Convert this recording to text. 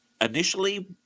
Initially